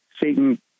Satan